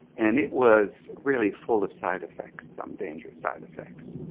and it was really full of side effects, some dangerous side effects.